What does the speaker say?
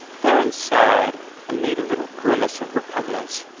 theron sighed, and made a little grimace of repugnance.